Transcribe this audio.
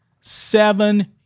Seven